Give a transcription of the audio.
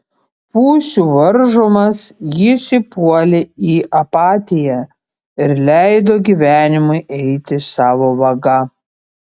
pusių varžomas jis įpuolė į apatiją ir leido gyvenimui eiti savo vaga